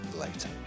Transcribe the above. later